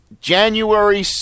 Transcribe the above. January